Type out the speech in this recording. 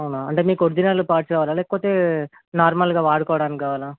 అవునా అంటే మీకు ఒరిజినల్ పార్ట్స్ కావాలి లేకపోతే నార్మల్గా వాడుకోవడానికి కావాలి